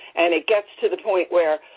and it gets to the point where,